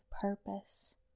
purpose